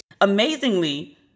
Amazingly